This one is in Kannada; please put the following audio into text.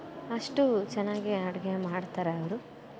ಅಷ್ಟು ಚೆನ್ನಾಗೇ ಅಡುಗೆ ಮಾಡ್ತಾರೆ ಅವರು